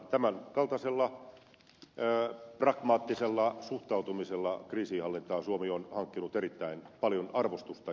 tämän kaltaisella pragmaattisella suhtautumisella kriisinhallintaan suomi on hankkinut erittäin paljon arvostusta